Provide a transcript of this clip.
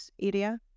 area